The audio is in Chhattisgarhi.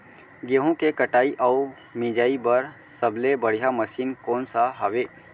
गेहूँ के कटाई अऊ मिंजाई बर सबले बढ़िया मशीन कोन सा हवये?